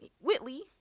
Whitley